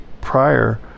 prior